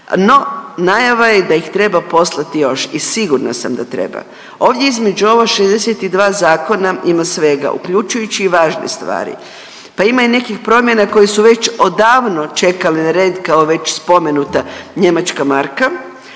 no najava je da ih treba poslati još i sigurna sam da treba. Ovdje između ova 62 zakona ima svega uključujući i važne stvari, pa ima i nekih promjena koje su već odavno čekale na red kao već spomenuta njemačka marka,